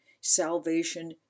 salvation